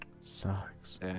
Sucks